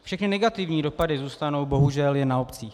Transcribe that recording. Všechny negativní dopady zůstanou bohužel jen na obcích.